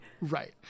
Right